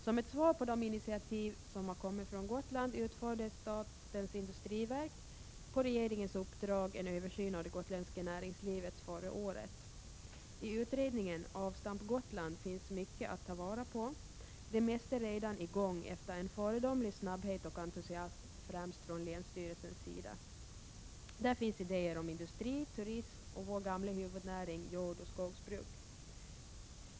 Som ett svar på de initiativ som har kommit från Gotland utförde statens industriverk förra året på regeringens uppdrag en översyn av det gotländska näringslivet. I utredningen Avstamp Gotland finns mycket att ta vara på. Det mesta är redan i gång efter en föredömlig snabbhet och entusiasm främst från länsstyrelsens sida. Där finns idéer om industri, turism och vår gamla huvudnäring jordoch skogsbruk.